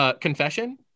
Confession